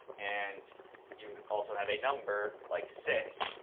and you also have a number like six,